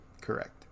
Correct